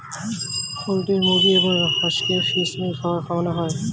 poultry মুরগি এবং হাঁসকে ফিশ মিল খাবার খাওয়ানো হয়